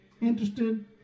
interested